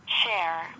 share